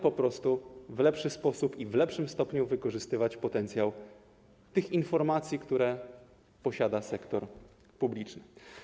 Chodzi o to, aby w lepszy sposób i w wyższym stopniu wykorzystywać potencjał tych informacji, które posiada sektor publiczny.